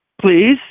please